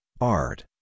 art